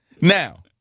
Now